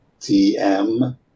DM